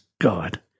God